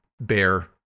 bear